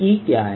E क्या है